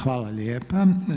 Hvala lijepa.